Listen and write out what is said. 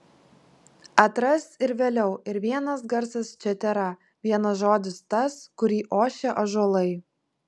atras ir vėliau ir vienas garsas čia tėra vienas žodis tas kurį ošia ąžuolai